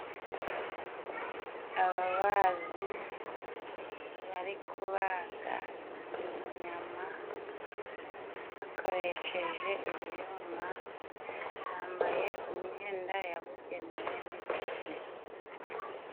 Ababazi bari kubaga inyama bakoresheje ibyuma, bambaye imyenda yabugenewe n'ingofero.